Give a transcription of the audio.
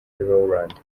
rowland